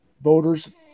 voters